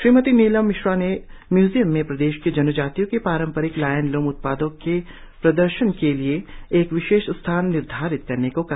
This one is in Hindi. श्रीमती नीलम मिश्रा ने म्यूजियम में प्रदेश की जनजातियों के पारंपरिक लायन लूम उत्पादों के प्रदर्शन के लिए एक विशेष स्थान निर्धारित करने को कहा